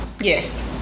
yes